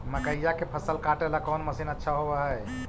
मकइया के फसल काटेला कौन मशीन अच्छा होव हई?